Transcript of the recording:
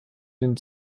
den